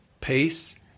peace